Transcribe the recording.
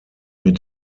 mit